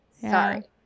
Sorry